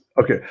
Okay